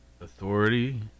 authority